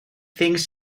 things